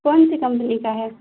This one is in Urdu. کون سی کمپنی کا ہے